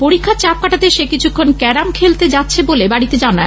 পরীক্ষার চাপ কাটাতে সে কিছুক্ষণ ক্যারাম খেলে আসবে বলে মাকে জানায়